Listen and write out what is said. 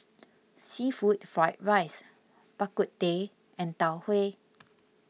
Seafood Fried Rice Bak Kut Teh and Tau Huay